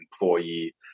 employee